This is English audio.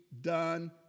done